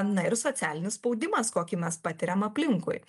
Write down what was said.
na ir socialinis spaudimas kokį mes patiriam aplinkui